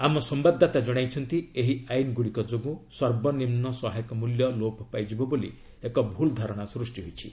ଆମ ସମ୍ବାଦଦାତା ଜଣାଇଛନ୍ତି ଏହି ଆଇନଗୁଡ଼ିକ ଯୋଗୁଁ ସର୍ବନିମ୍ନ ସହାୟକ ମୂଲ୍ୟ ଲୋପ ପାଇଯିବ ବୋଲି ଏକ ଭୁଲ୍ ଧାରଣା ସୃଷ୍ଟି ହୋଇଛି